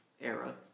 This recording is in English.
era